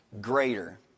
greater